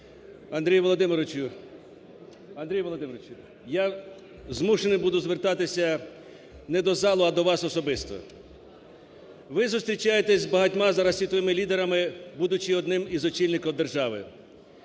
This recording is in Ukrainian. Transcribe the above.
Андрій Володимирович, я змушений буду звертатися не до залу, а до вас особисто. Ви зустрічаєтесь з багатьма зараз світовими лідерами, будучі одним із очільників держави.